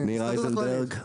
מאיר אייזנברג,